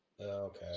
Okay